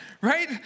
right